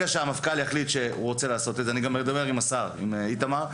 אני גם אדבר עם השר איתמר.